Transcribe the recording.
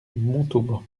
montauban